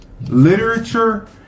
literature